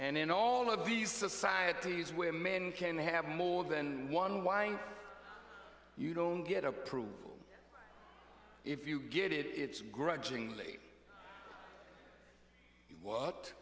and all of these societies where men can have more than one wine you don't get approval if you get it it's grudgingly what